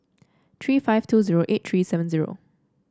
three five two zero eight three seven zero